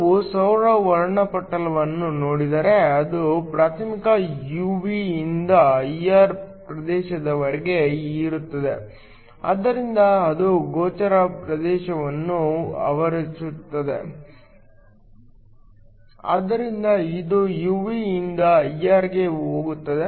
ನಾವು ಸೌರ ವರ್ಣಪಟಲವನ್ನು ನೋಡಿದರೆ ಅದು ಪ್ರಾಥಮಿಕವಾಗಿ UV ಯಿಂದ IR ಪ್ರದೇಶದವರೆಗೆ ಇರುತ್ತದೆ ಆದ್ದರಿಂದ ಅದು ಗೋಚರ ಪ್ರದೇಶವನ್ನು ಆವರಿಸುತ್ತದೆ ಆದ್ದರಿಂದ ಇದು UV ಯಿಂದ IR ಗೆ ಹೋಗುತ್ತದೆ